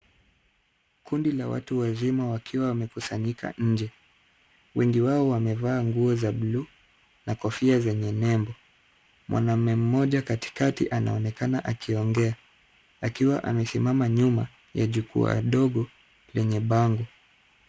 Kundi la watu wazima wakiwa wamekusanyika nje. Wengi wao wamevaa nguo za buluu na kofia zenye nembo. Mwanaume mmoja katikati anaonekana akiongea akiwa amesimama nyuma ya jukwaa ndogo lenye bango.